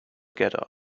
get